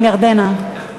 כן, ירדנה.